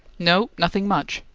no nothing much,